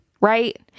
Right